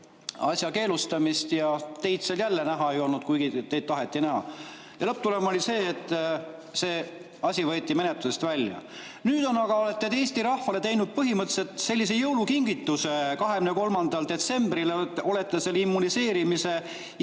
asja keelustamist. Teid seal jälle näha ei olnud, kuigi teid taheti näha. Lõpptulem oli see, et see asi võeti menetlusest välja. Nüüd aga olete Eesti rahvale teinud põhimõtteliselt sellise jõulukingituse: 23. detsembril olete selle immuniseerimiskava ikkagi